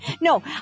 No